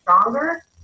stronger